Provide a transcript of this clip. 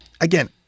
again